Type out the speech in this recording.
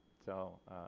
so